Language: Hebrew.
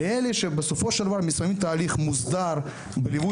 לאלה שבסופו של דבר מסיימים תהליך מוסדר בליווי